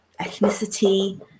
ethnicity